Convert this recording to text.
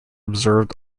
observed